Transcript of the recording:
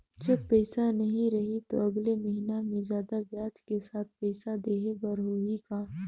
जब पइसा नहीं रही तो अगले महीना मे जादा ब्याज के साथ पइसा देहे बर होहि का?